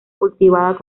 cultivadas